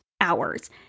hours